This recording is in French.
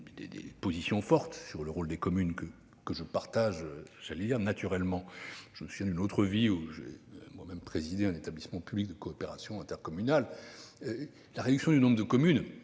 de position fortes sur le rôle des communes. Je les partage, j'allais dire naturellement, puisque, dans une autre vie, j'ai moi-même été président d'un établissement public de coopération intercommunale. La réduction du nombre de communes